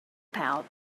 pal